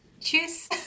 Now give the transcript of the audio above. Cheers